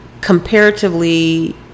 comparatively